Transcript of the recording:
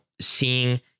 seeing